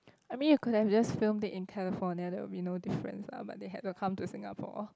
I mean you could have just filmed it in California there will be no difference lah but they had to come to Singapore